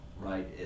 right